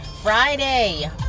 Friday